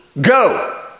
Go